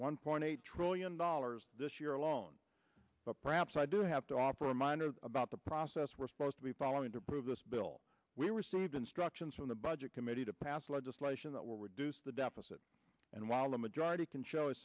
one point eight trillion dollars this year alone but perhaps i do have to offer a minor about the process we're supposed to be following to approve this bill we received instructions from the budget committee to pass legislation that will reduce the deficit and while a majority can show